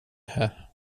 här